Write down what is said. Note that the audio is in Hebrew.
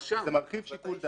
כי זה מרחיב שיקול דעת.